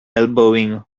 elbowing